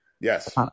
Yes